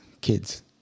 kids